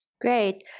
Great